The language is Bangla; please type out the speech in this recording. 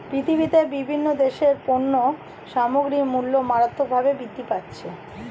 পৃথিবীতে বিভিন্ন দেশের পণ্য সামগ্রীর মূল্য মারাত্মকভাবে বৃদ্ধি পাচ্ছে